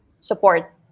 support